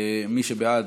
מי שבעד,